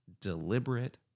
deliberate